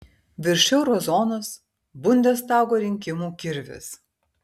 virš euro zonos bundestago rinkimų kirvis